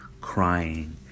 crying